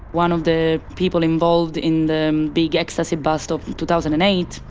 one of the people involved in the big ecstasy bust of two thousand and eight,